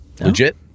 legit